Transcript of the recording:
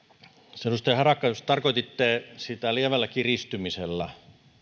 edustaja harakka jos tarkoititte lievällä kiristymisellä